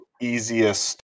easiest